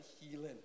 healing